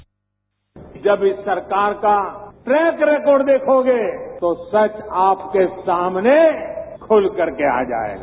जब इस सरकार का ट्रैक रिकार्ड देखोगे तो सच आपके सामने खुलकर के आ जायेगा